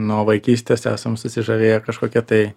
nuo vaikystės esam susižavėję kažkokia tai